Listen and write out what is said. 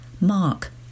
Mark